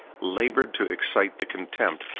labored to excite the contempt,